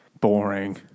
Boring